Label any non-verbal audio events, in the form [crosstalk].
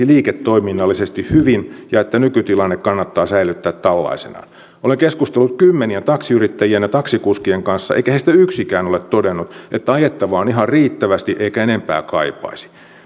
[unintelligible] liiketoiminnallisesti hyvin ja että nykytilanne kannattaa säilyttää tällaisenaan olen keskustellut kymmenien taksiyrittäjien ja taksikuskien kanssa eikä heistä yksikään ole todennut että ajettavaa on ihan riittävästi eikä enempää kaipaisi